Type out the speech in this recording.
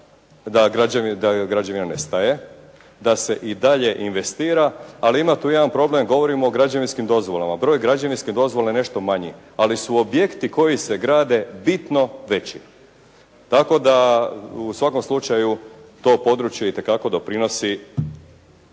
da građevina nestaje, da se i dalje investira. Ali ima tu jedan problem, govorimo o građevinskim dozvolama. Broj građevinskih dozvola je nešto manji, ali su objekti koji se grade bitno veći. Tako da u svakom slučaju to područje itekako doprinosi